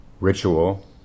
ritual